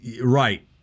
Right